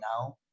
now